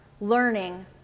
learning